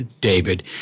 David